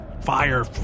fire